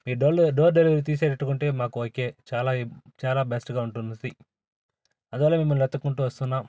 మీ డోళ్ళు door delivery తీసేటట్టుగా ఉంటే మాకు ఓకే చాలా ఇ చాలా బెస్ట్గా ఉంటుంది అందువల్ల మిమ్మల్ని వెతుకుంటు వస్తున్నాం